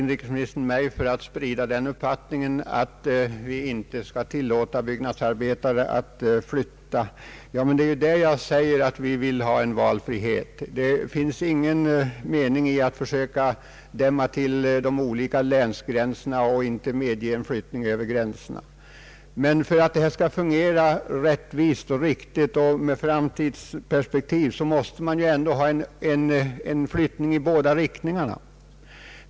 Inrikesministern varnar mig för att sprida uppfattningen att vi inte skall tillåta byggnadsarbetare att flytta. Men vad jag sagt är ju att man skall ha en valfrihet. Det finns ingen mening i att försöka dämma till de olika länsgränserna och inte medge flyttning över dem. Men för att detta skall fungera rättvist och riktigt och med ett riktigt framtidsperspektiv, måste man ha en flyttning i båda riktningarna.